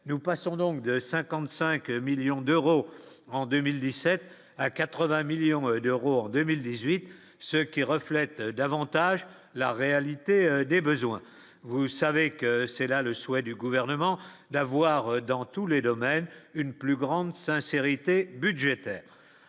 nous passons donc de 55 millions d'euros en 2017 à 80 millions d'euros en 2018, ce qui reflète davantage la réalité des besoins, vous savez que c'est là le souhait du gouvernement d'avoir dans tous les domaines, une plus grande sincérité budgétaire